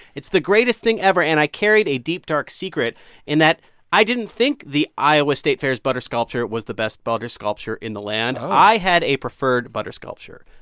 it's the greatest thing ever. and i carried a deep, dark secret in that i didn't think the iowa state fair butter sculpture was the best butter sculpture in the land. i had a preferred butter sculpture,